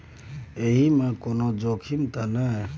एहि मे कोनो जोखिम त नय?